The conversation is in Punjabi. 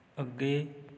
ਅੱਗੇ